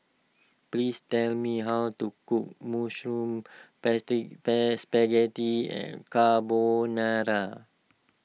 please tell me how to cook Mushroom plastic bags Spaghetti Carbonara